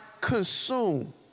consume